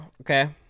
okay